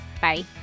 bye